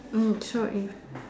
so if